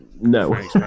No